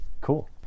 Cool